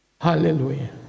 Hallelujah